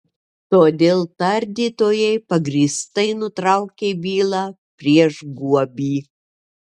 todėl tardytojai pagrįstai nutraukė bylą prieš guobį